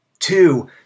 Two